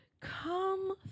Come